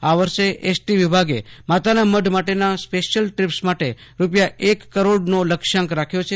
આ વર્ષે એસટી વિભાગે માતાના મઢ માટેના સ્પેશિયલ ટ્રીપ્સ માટે રૂપિયા એક કરોડનો લક્ષ્યાંક રાખ્યો છે